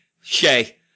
Shay